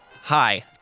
Hi